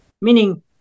Meaning